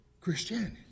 Christianity